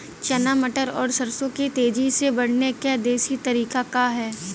चना मटर और सरसों के तेजी से बढ़ने क देशी तरीका का ह?